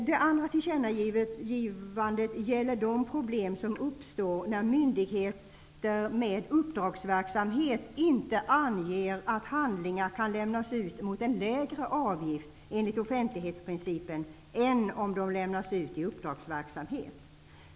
Det andra tillkännagivandet gäller de problem som uppstår när myndigheter med uppdragsverksamhet inte anger att handlingar kan lämnas ut mot en lägre avgift enligt offentlighetsprincipen än om de lämnas ut i uppdragsverksamhet.